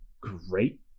great